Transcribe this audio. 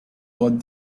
what